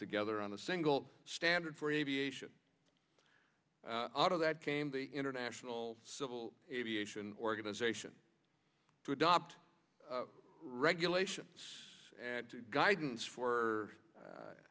together on a single standard for aviation out of that came the international civil aviation organization to adopt regulations and guidance for